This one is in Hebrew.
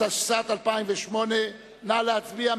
התשס"ט 2008. נא להצביע.